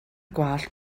gwallt